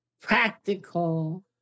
practical